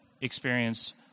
experienced